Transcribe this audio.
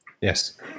Yes